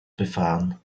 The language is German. befahren